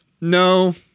No